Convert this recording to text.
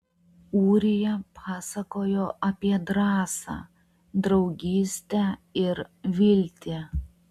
ūrija pasakojo apie drąsą draugystę ir viltį